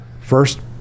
first